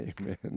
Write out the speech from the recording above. Amen